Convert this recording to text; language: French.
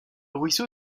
ruisseau